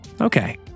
Okay